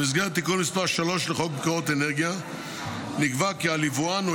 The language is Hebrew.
במסגרת תיקון מס' 3 לחוק מקורות אנרגיה נקבע כי יבואן או